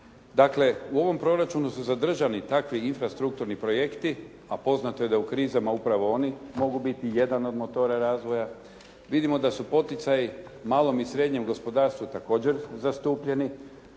Dakle u ovom proračunu se za državni takvi infrastrukturni projekti, a poznato je da u krizama upravo oni mogu biti jedan od motora razvoja. Vidimo da su poticaji malom i srednjem gospodarstvu također zastupljeni.